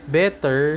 better